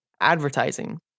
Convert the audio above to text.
advertising